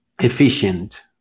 efficient